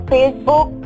Facebook